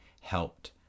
helped